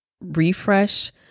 refresh